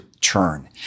turn